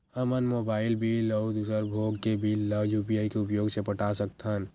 हमन mobile bill अउ दूसर भोग के बिल ला यू.पी.आई के उपयोग से पटा सकथन